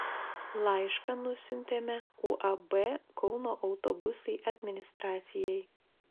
laišką nusiuntėme uab kauno autobusai administracijai